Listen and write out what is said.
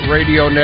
Radio